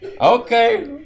Okay